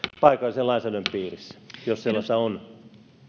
paikallisen lainsäädännön piirissä jos sellaista on